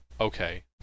okay